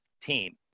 team